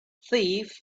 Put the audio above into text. thief